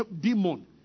demon